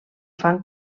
fan